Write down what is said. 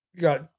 got